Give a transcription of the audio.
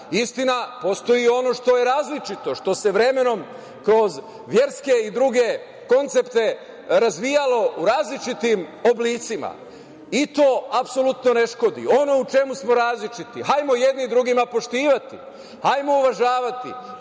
postoji ono što je različito, što se vremenom kroz verske i druge koncepte razvijalo u različitim oblicima i to apsolutno ne škodi. Ono u čemu smo različiti, hajmo jedne druge poštovati, hajmo uvažavati,